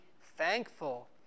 thankful